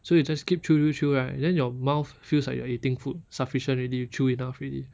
so you just keep chew chew chew right then your mouth feels like you are eating food sufficient already you chew enough already